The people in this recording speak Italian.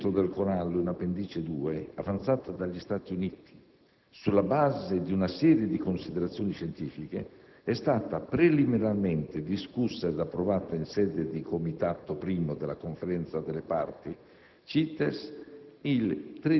La proposta per l'inserimento del corallo in Appendice II, avanzata dagli Stati Uniti sulla base di una serie di considerazioni scientifiche, è stata preliminarmente discussa ed approvata in sede di Comitato I della Conferenza delle Parti CITES